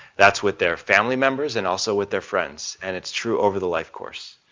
that's with their family members and also with their friends and that's true over the life course.